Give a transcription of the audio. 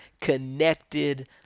connected